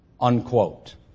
unquote